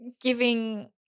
giving